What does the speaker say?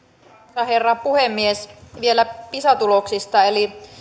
herra puhemies vielä pisa tuloksista eli